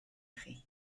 chi